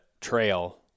trail